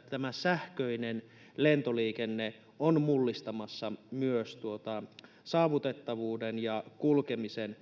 että sähköinen lentoliikenne on mullistamassa myös saavutettavuuden ja kulkemisen.